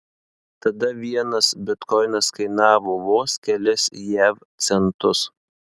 tada vienas bitkoinas kainavo vos kelis jav centus